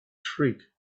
shriek